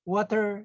Water